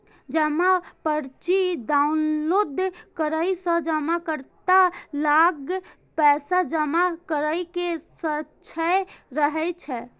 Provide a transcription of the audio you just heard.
जमा पर्ची डॉउनलोड करै सं जमाकर्ता लग पैसा जमा करै के साक्ष्य रहै छै